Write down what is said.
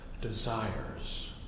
desires